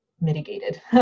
mitigated